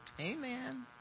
Amen